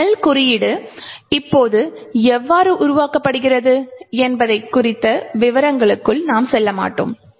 shell குறியீடு இப்போது எவ்வாறு உருவாக்கப்படுகிறது என்பது குறித்த விவரங்களுக்கு நாம் செல்ல மாட்டோம்